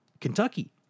Kentucky